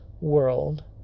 world